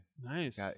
Nice